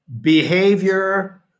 Behavior